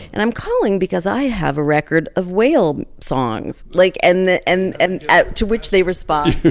and i'm calling because i have a record of whale songs. like, and the and and ah to which they respond.